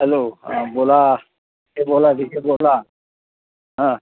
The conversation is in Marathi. हॅलो हां बोला हे बोला जे बोला हां